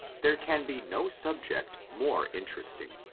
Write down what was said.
there can be no subject more interesting.